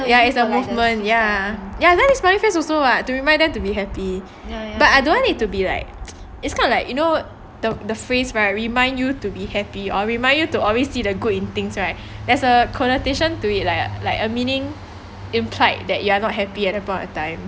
ya it's a movement ya then need smily face also what to remind them to be happy but I don't want it to be like it's not like you know the the phrase remind you to be happy or reminded you to always see a good in things right there's a connotation to it like a like a meaning implied that you are not happy at about the time